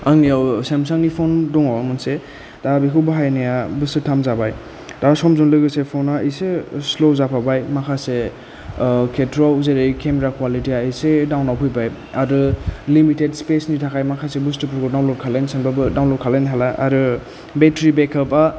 आंनियाव सेमसांनि फन दङ मोनसे दा बेखौ बाहायनाया बोसोरथाम जाबाय दा समजों लोगोसे फना इसे स्ल' जाफाबाय माखासे खेत्र'आव जेरै केमेरा क्वालिटिया एसे डाउनाव फैबाय आरो लिमिटेड स्पेसनि थाखाय माखासे बुस्थुफोरखौ डाउनलद खालायनो सानबाबो डाउनलद खालायनो हाला आरो बेटारि बेकआपा